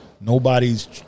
Nobody's